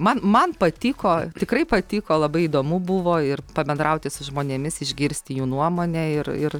man man patiko tikrai patiko labai įdomu buvo ir pabendrauti su žmonėmis išgirsti jų nuomonę ir ir